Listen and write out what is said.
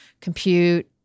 compute